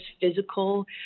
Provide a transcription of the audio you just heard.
physical